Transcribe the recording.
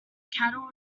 cattle